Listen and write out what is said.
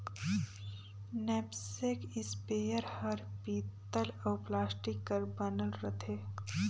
knapsack spare हर पीतल अउ प्लास्टिक कर बनल रथे